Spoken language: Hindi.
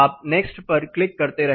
आप नेक्स्ट पर क्लिक करते रहे